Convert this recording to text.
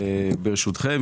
ברשותכם,